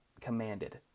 commanded